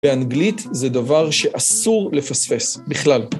באנגלית זה דבר שאסור לפספס, בכלל.